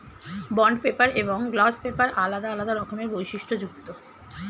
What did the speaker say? bond paper এবং gloss paper আলাদা আলাদা রকমের বৈশিষ্ট্যযুক্ত